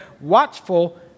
watchful